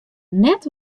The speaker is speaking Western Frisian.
net